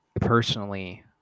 personally